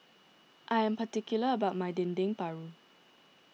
I am particular about my Dendeng Paru